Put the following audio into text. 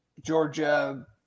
Georgia